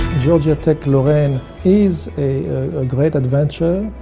georgia tech lorraine is a great adventure.